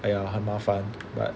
!aiya! 很麻烦 but